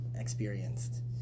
experienced